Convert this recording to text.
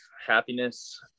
happiness